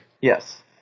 Yes